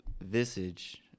Visage